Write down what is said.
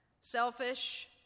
selfish